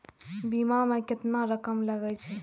बीमा में केतना रकम लगे छै?